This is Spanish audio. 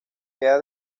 queda